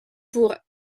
pour